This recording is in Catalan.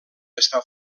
està